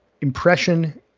impression